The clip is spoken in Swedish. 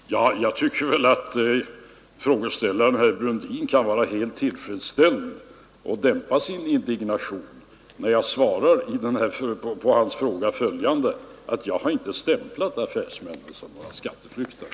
Herr talman! Jag tycker väl att frågeställaren herr Brundin kan vara helt tillfredsställd och dämpa sin indignation, eftersom jag har svarat på hans fråga att jag inte stämplat affärsmännen som några skatteflyktare.